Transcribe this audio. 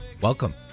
Welcome